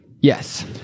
Yes